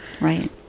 right